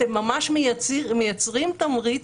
אתם ממש מייצרים תמריץ